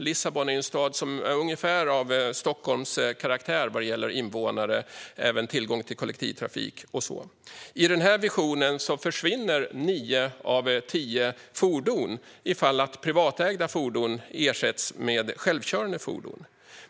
Lissabon är en stad som är ungefär av Stockholms karaktär vad det gäller invånare, tillgång till kollektivtrafik och så vidare. I den visionen försvinner nio av tio fordon ifall privatägda fordon ersätts med självkörande fordon.